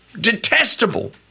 detestable